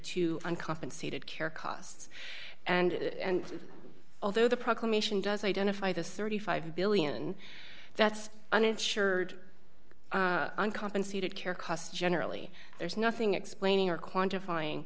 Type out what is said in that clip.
to uncompensated care costs and although the proclamation does identify the thirty five billion that's uninsured uncompensated care costs generally there's nothing explaining or quantify